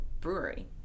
Brewery